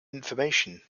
information